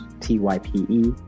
T-Y-P-E